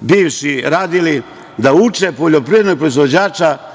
bivši radili, da uče poljoprivrednog proizvođača